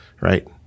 Right